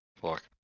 Fuck